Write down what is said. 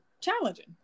challenging